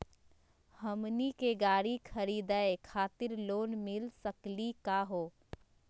हमनी के गाड़ी खरीदै खातिर लोन मिली सकली का हो?